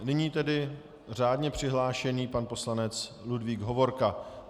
Nyní tedy řádně přihlášený pan poslanec Ludvík Hovorka.